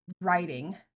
writing